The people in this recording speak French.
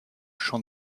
champ